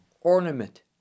ornament